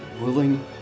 willing